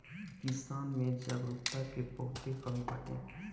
किसान में जागरूकता के बहुते कमी बाटे